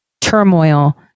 turmoil